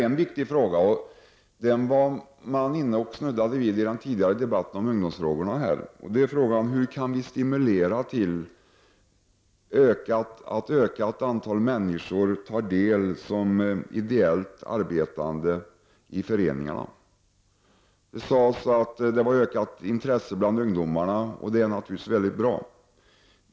En viktig fråga, som man snuddat vid i den tidigare debatten om ungdomsfrågorna, är frågan hur vi kan stimulera till att ett ökat antal människor deltar med ideellt arbete i föreningarna. Det har sagts att det finns ett ökat intresse bland ungdomarna. Det är naturligtvis mycket bra.